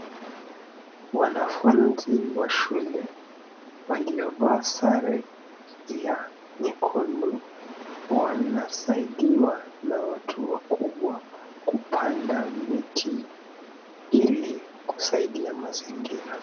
Wanafunzi wa shule waliovaa sare ya nyekundu wanasaidiwa na watu wakubwa kupanda miti ili kusaidia mazingira.